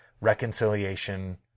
reconciliation